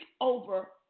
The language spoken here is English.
over